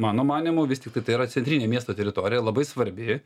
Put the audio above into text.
mano manymu vis tiktai tai yra centrinė miesto teritorija labai svarbi